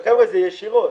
וחבר'ה, זה ישירות,